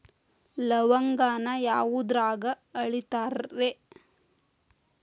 ಲವಂಗಾನ ಯಾವುದ್ರಾಗ ಅಳಿತಾರ್ ರೇ?